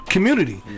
Community